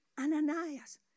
Ananias